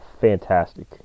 fantastic